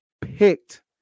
picked